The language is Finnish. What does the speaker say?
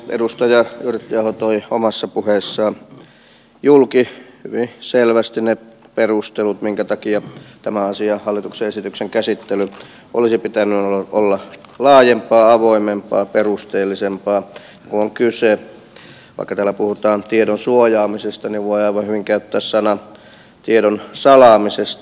edustaja yrttiaho toi omassa puheessaan julki hyvin selvästi ne perustelut joiden takia tämän asian hallituksen esityksen käsittely olisi pitänyt olla laajempaa avoimempaa perusteellisempaa kun on kyse vaikka täällä puhutaan tiedon suojaamisesta niin voi aivan hyvin käyttää tätä sanaa tiedon salaamisesta